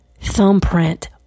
thumbprint